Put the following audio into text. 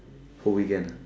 whole weekend